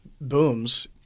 booms